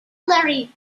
cavalry